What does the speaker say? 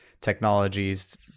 technologies